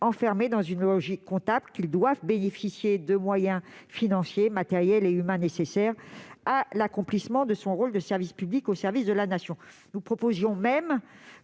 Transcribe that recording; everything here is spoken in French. enfermé dans une logique comptable. Il doit bénéficier de moyens financiers, matériels et humains nécessaires à l'accomplissement de son rôle de service public au service de la Nation. Nous proposions même